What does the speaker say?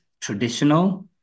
traditional